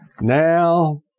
Now